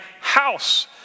house